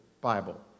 Bible